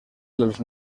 dels